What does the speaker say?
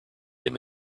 him